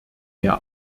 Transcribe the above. mehr